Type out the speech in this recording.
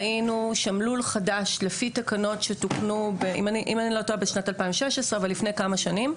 ראינו לול חדש לפי תקנות שתוקנו לפני כמה שנים.